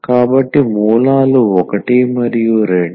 కాబట్టి మూలాలు 1 మరియు 2